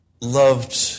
loved